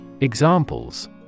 Examples